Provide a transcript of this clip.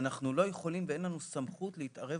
אנחנו לא יכולים ואין לנו סמכות להתערב